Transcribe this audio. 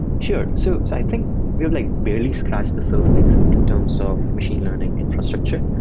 sure. so i think we've like barely scratched the surface in terms of machine learning infrastructure.